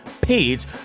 page